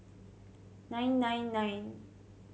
nine nine nine